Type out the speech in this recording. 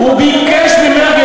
הוא ביקש ממך,